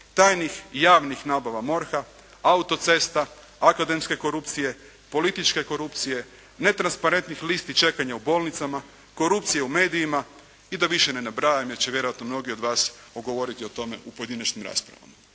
tajnih i javnih nabava MORH-a, autocesta, akademske korupcije, političke korupcije, netransparentnih listi čekanja u bolnicama, korupcije u medijima i da više ne nabrajam, jer će vjerojatno mnogi od vas govoriti o tome u pojedinačnim raspravama.